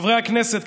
חברי הכנסת,